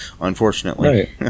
unfortunately